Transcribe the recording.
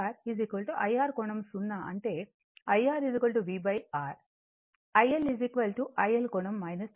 కాబట్టి IR IRకోణం 0 అంటే IR V R IL IL కోణం 90 o